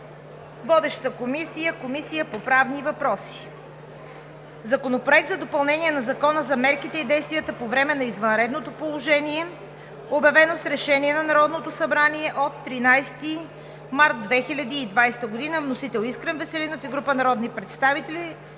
Водеща е Комисията по правни въпроси. Законопроект за допълнение на Закона за мерките и действията по време на извънредното положение, обявено с решение на Народното събрание от 13 март 2020 г. Вносител¬¬¬¬ – Искрен Веселинов и група народни представители.